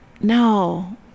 no